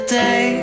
day